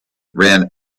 ran